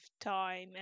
time